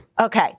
Okay